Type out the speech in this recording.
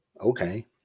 Okay